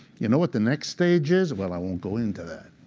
you know what the next stage is? well, i won't go into it.